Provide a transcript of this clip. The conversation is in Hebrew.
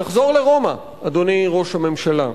נחזור לרומא, אדוני ראש הממשלה.